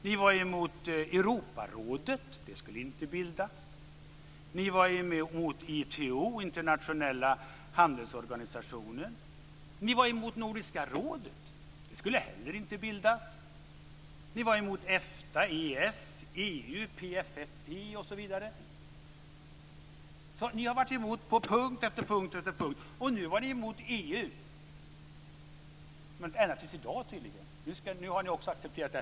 Ni var emot att Europarådet skulle bildas. Ni var emot den internationella handelsorganisationen WTO. Ni var emot att Nordiska rådet skulle bildas. Ni var emot Efta, EES, EU, PFF osv. Ni har på punkt efter punkt varit emot internationellt samarbete, och ni har - tydligen fram till i dag - varit emot medlemskapet i EU, men nu har ni accepterat det.